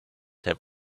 have